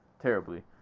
terribly